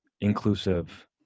inclusive